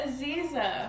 Aziza